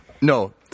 No